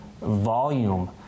volume